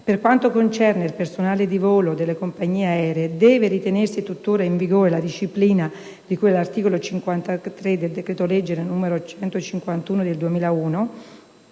«per quanto concerne il personale di volo delle compagnie aeree deve ritenersi tuttora in vigore la disciplina di cui all'articolo 53 del decreto legislativo n. 151 del 2001»;